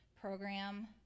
program